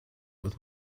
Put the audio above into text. with